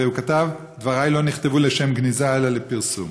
והוא כתב: "דבריי לא נכתבו לשם גניזה אלא לפרסום".